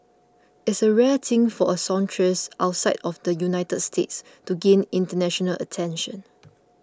it's a rare thing for a songstress outside of the United States to gain international attention